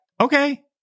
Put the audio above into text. okay